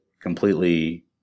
completely